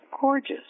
gorgeous